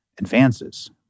advances